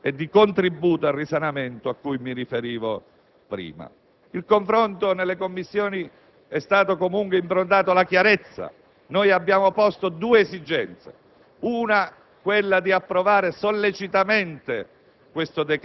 e di contributo al risanamento cui mi riferivo prima. Il confronto nelle Commissioni è stato comunque improntato alla chiarezza. Noi abbiamo posto due esigenze: